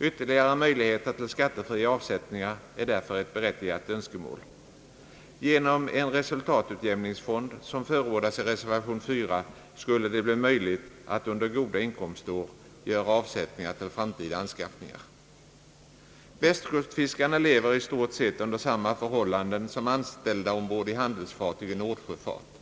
Ytterligare möjligheter till skattefria avsättningar är därför ett berättigat önskemål. Genom en resultatutjämningsfond, som förordas i reservation 4, skulle det bli möjligt att under goda inkomstår göra avsättningar till framtida anskaffningar. Västkustfiskarna lever i stort sett under samma förhållanden som anställda ombord på handelsfartyg i nordsjöfart.